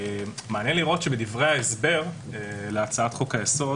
מעניין לראות שבדברי ההסבר להצעת חוק היסוד